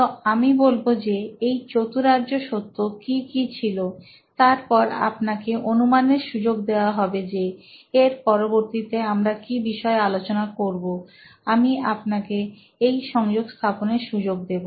তো আমি বলবো যে এই চতুরার্য সত্য কি কি ছিল তারপর আপনাকে অনুমানের সুযোগ দেয়া হবে যে এর পরবর্তীতে আমরা কি বিষয়ে আলোচনা করব আমি আপনাকে এই সংযোগ স্থাপনের সুযোগ দেব